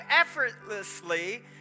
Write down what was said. effortlessly